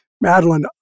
Madeline